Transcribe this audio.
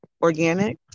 organic